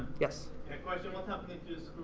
yes? can i question what's happening